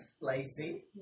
Lacey